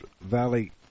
Valley